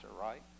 right